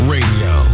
Radio